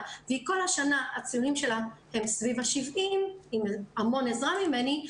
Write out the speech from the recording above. וכל השנה הציונים שלה סביב ה-70 עם המון עזרה ממני,